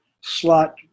slot